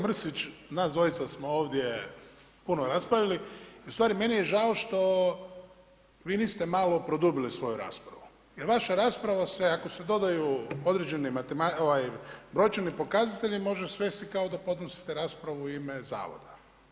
Kolega Mrsić nas dvojca smo ovdje puno raspravljali i ustvari meni je žao što vi niste malo produbili svoju raspravu jer vaša rasprava se ako se dodaju određeni brojčani pokazatelji može svesti kao da podnosite raspravu u ime zavoda.